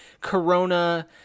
corona